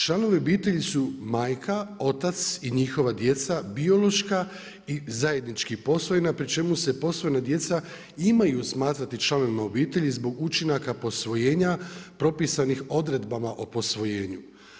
Članovi obitelji su majka, otac i njihova djeca, biološka i zajednički posvojena, pri čemu se posvojena djeca imaju smatrati članovima obitelji, zbog učinaka posvojenja, propisanih odredbama o posvojenju.